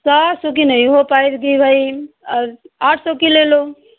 सात सौ की नहीं हो पाएगी भाई आ आठ सौ की ले लो